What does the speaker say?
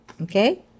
okay